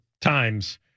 Times